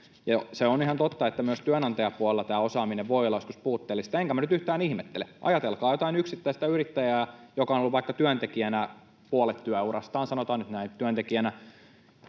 Se on ihan totta, että myös työnantajapuolella tämä osaaminen voi olla joskus puutteellista, enkä minä nyt yhtään ihmettele. Ajatelkaa jotain yksittäistä yrittäjää, joka on ollut — sanotaan nyt näin — vaikka työntekijänä puolet työurastaan, ja sitten yhtäkkiä